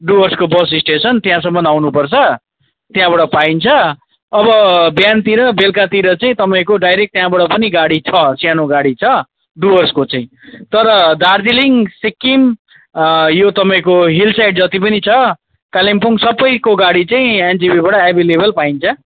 डुवर्सको bus station त्यहाँसम्म आउनु पर्छ त्यहाँबाट पाइन्छ अब बिहानतिर बेलुकातिर चाहिँ तपाईँको डाइरेक्ट त्यहाँबाट पनि गाडी छ सानो गाडी छ डुवर्सको चाहिँ तर दार्जिलिङ सिक्किम यो तपाईँको हिल साइड जति पनि छ कालिम्पोङ सबैको गाडी चाहिँ एनजेपीबाट एभाइलेबल पाइन्छ